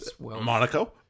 Monaco